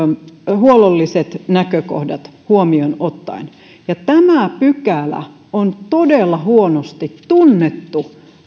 huollolliset näkökohdat huomioon ottaen tämä pykälä on todella huonosti tunnettu